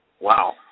Wow